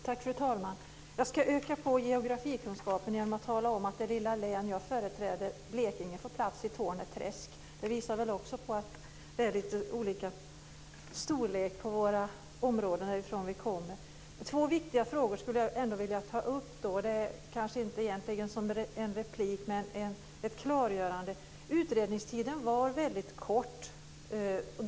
Fru talman! Jag ska öka på geografikunskapen genom att tala om att det lilla län jag företräder, Blekinge, får plats i Torne träsk. Det visar väl också att det är lite olika storlek på de områden vi kommer från. Två viktiga frågor skulle jag ändå vilja ta upp, kanske inte som replik men som ett klargörande. Utredningstiden var väldigt kort.